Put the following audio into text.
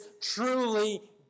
truly